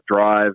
drive